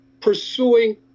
pursuing